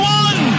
one